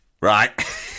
Right